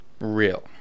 real